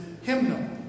hymnal